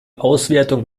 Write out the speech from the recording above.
auswertung